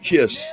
Kiss